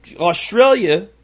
Australia